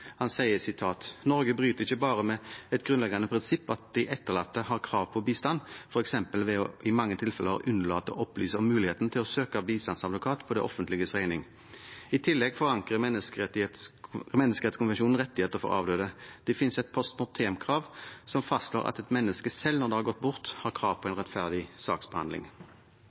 Han sier: «Norge bryter ikke bare med et grunnleggende prinsipp om at de etterlatte har krav på bistand, for eksempel ved å i mange tilfeller unnlate å opplyse om muligheten til å søke bistandsadvokat på det offentliges regning. I tillegg forankrer menneskerettskonvensjonen rettigheter for avdøde. Det finnes et post mortem-krav som fastslår at et menneske selv når det har gått bort har krav på en rettferdig saksbehandling.»